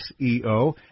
SEO